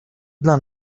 dla